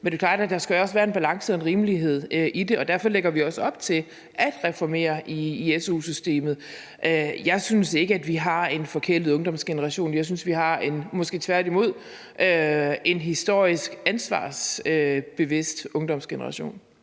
Men det er klart, at der også skal være en balance og rimelighed i det, og derfor lægger vi også op til at reformere su-systemet. Jeg synes ikke, at vi har en forkælet ungdomsgeneration. Jeg synes måske tværtimod, at vi har en historisk ansvarsbevidst ungdomsgeneration.